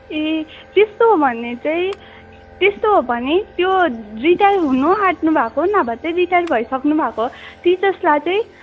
ए त्यस्तो हो भने चाहिँ त्यस्तो हो भने त्यो रिटायर हुनु आँट्नुभएको नभए चाहिँ रिटायर भइसक्नु भएको टिचर्सलाई चाहिँ